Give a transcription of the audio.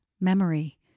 memory